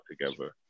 together